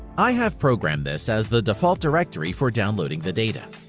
i have programmed this as the default directory for downloading the data.